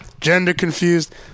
gender-confused